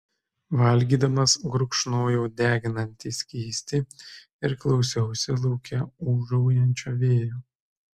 valgydamas gurkšnojau deginantį skystį ir klausiausi lauke ūžaujančio vėjo